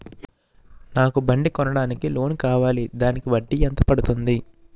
నాకు బండి కొనడానికి లోన్ కావాలిదానికి వడ్డీ ఎంత పడుతుంది?